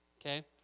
okay